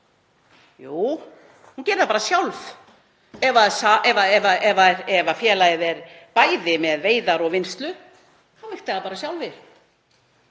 Jú, hún gerir það bara sjálf. Ef félagið er bæði með veiðar og vinnslu þá vigtar það bara sjálft.